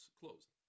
closed